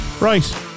Right